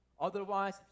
Otherwise